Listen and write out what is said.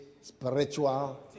spiritual